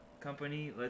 company